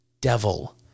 devil